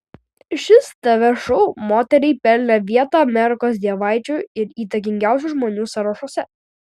šis tv šou moteriai pelnė vietą amerikos dievaičių ir įtakingiausių žmonių sąrašuose